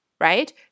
Right